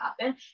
happen